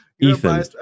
Ethan